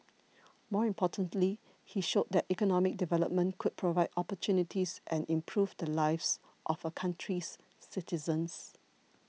more importantly he showed that economic development could provide opportunities and improve the lives of a country's citizens